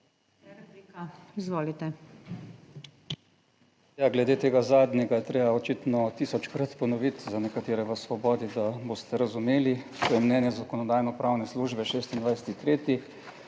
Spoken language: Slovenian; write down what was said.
glede tega zadnjega je treba očitno tisočkrat ponoviti za nekatere v Svobodi, da boste razumeli. To je mnenje